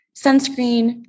sunscreen